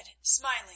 smiling